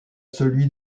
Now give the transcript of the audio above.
celui